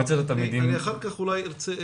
אחר כך ארצה,